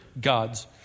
gods